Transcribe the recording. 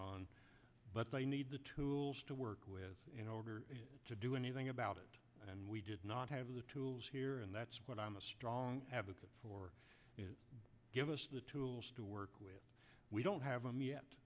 on but they need the tools to work with in order to do anything about it and we did not the tools here and that's what i'm a strong advocate for is give us the tools to work with we don't have them yet